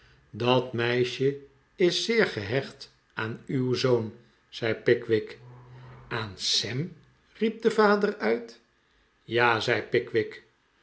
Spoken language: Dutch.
dat meisje is zeer gehecht aan uw zoon zei pickwick aan sam riep de vader uit ja zei pickwick